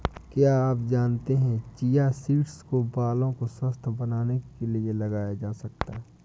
क्या आप जानते है चिया सीड्स को बालों को स्वस्थ्य बनाने के लिए लगाया जा सकता है?